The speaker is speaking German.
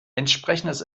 entsprechendes